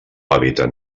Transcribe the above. hàbitat